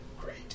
great